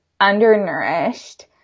undernourished